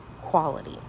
quality